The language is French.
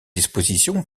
dispositions